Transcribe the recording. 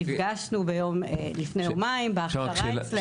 נפגשנו לפני יומיים בהכשרה אצלנו.